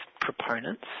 proponents